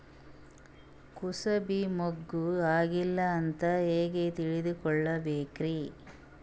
ಕೂಸಬಿ ಮುಗ್ಗ ಆಗಿಲ್ಲಾ ಅಂತ ಹೆಂಗ್ ತಿಳಕೋಬೇಕ್ರಿ?